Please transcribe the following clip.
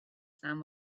slam